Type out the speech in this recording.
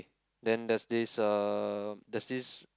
then there's this uh there's this